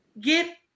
get